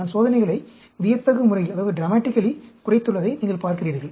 நான் சோதனைகளை வியத்தகு முறையில் குறைத்துள்ளதை நீங்கள் பார்க்கிறீர்கள்